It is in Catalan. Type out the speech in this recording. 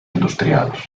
industrials